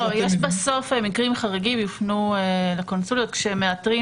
בסוף נאמר שמקרים חריגים יופנו לקונסוליות כאשר מאתרים